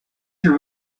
your